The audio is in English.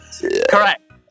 Correct